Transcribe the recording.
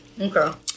Okay